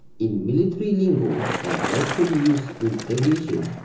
in military lingo and often used in aviation,